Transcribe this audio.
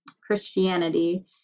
Christianity